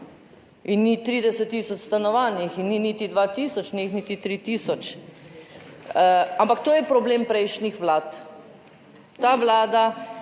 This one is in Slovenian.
In ni 30 tisoč stanovanj jih in ni niti 2 tisoč, ni niti 3 tisoč. Ampak to je problem prejšnjih vlad, ta vlada